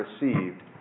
received